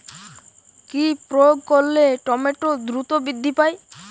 কি প্রয়োগ করলে টমেটো দ্রুত বৃদ্ধি পায়?